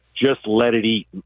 just-let-it-eat